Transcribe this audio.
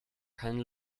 keine